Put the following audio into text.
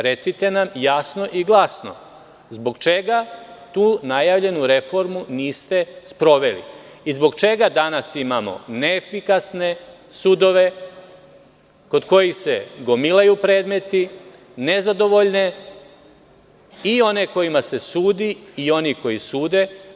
Recite nam jasno i glasno, zbog čega tu najavljenu reformu niste sproveli i zbog čega danas imamo neefikasne sudove kod kojih se gomilaju predmeti, nezadovoljne i onima kojima se sudi i oni koji sude?